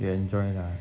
you enjoy lah